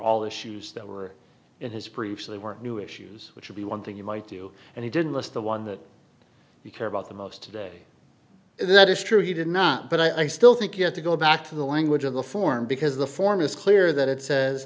all issues that were in his briefs they were new issues which would be one thing you might do and he didn't list the one that you care about the most today that is true he did not but i still think you have to go back to the language of the form because the form is clear that it says